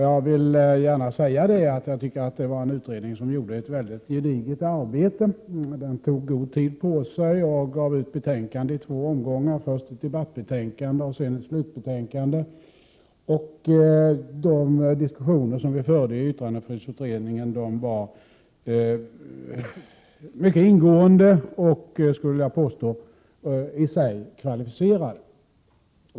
Jag vill gärna säga att jag tycker att det var en utredning som gjorde ett mycket gediget arbete; den tog god tid på sig och gav ut betänkande i två omgångar — först ett debattbetänkande och sedan ett slutbetänkande. De diskussioner vi förde i yttrandefrihetsutredningen var mycket ingående och, skulle jag vilja påstå, i sig kvalificerade.